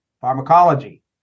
pharmacology